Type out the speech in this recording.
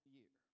year